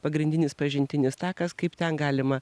pagrindinis pažintinis takas kaip ten galima